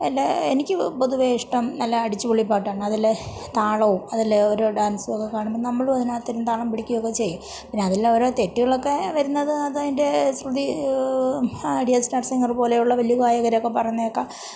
എല്ലാ എനിക്ക് പൊതുവേ ഇഷ്ടം നല്ല അടിച്ചുപൊളി പാട്ടാണ് അതിലെ താളവും അതിലെ ഓരോ ഡാൻസുമൊക്കെ കാണുമ്പോൾ നമ്മളും അതിനകത്തിരുന്ന് താളം പിടിക്കുകയൊക്കെ ചെയ്യും പിന്നെ അതിൽ ഓരോ തെറ്റുകളൊക്കെ വരുന്നത് അത് അതിൻ്റെ ശ്രുതി ഐഡിയ സ്റ്റാർ സിംഗർ പോലെയുള്ള വലിയ ഗായകരൊക്കെ പറയുന്നതു കേൾക്കാം